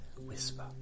whisper